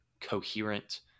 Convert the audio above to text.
coherent